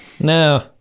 no